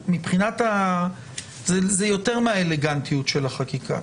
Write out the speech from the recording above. זה יותר מהאלגנטיות של החקיקה.